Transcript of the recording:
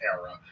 era